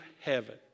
heaven